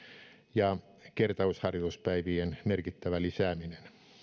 ja kertausharjoituspäivien merkittävä lisääminen